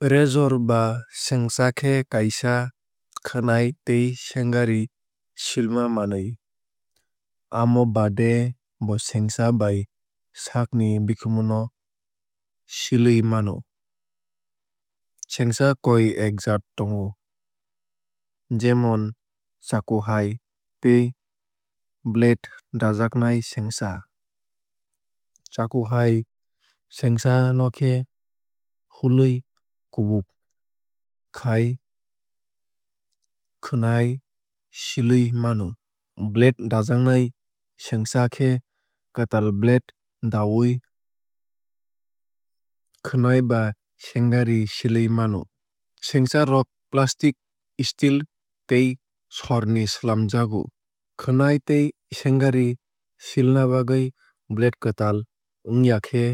Razor ba sengsa khe kaisa khwnai tei sengari silma manwui. Amo baade bo sengsa bai saak ni bikhumu no silwui mano. Sengsa koi ek jaat tongo jemon chakku hai te blade dajaknai sengsa. Chakku hai sengsa no khe hului kubuk khai khwnai silwui mano. Blade dajaknai sengsa khe kwtal blade dawui khwnai ba sengari silwui mano. Sengsa rok plastic steel tei sor ni swlamjakgo. Khwnai tei sengari silna bagwui blade kwtal wngya khe